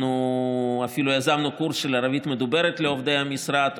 אנחנו אפילו יזמנו קורס של ערבית מדוברת לעובדי המשרד,